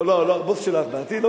לא, לא, הבוס שלך בעתיד.